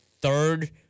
third